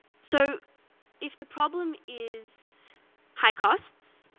so if the problem is high costs,